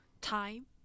time